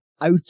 out